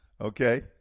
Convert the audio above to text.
Okay